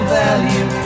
value